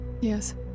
Yes